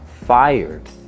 fired